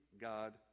God